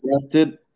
drafted